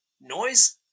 noise